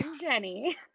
Jenny